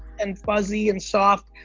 and fuzzy, and soft,